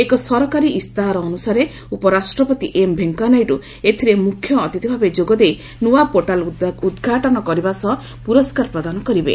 ଏକ ସରକାରୀ ଇସ୍ତାହାର ଅନୁସାରେ ଉପରାଷ୍ଟ୍ରପତି ଏମ୍ ଭେଙ୍କିୟା ନାଇଡୁ ଏଥିରେ ମୁଖ୍ୟ ଅତିଥି ଭାବେ ଯୋଗ ଦେଇ ନୂଆ ପୋର୍ଟାଲ୍ ଉଦ୍ଘାଟନ କରିବା ସହ ପୁରସ୍କାର ପ୍ରଦାନ କରିବେ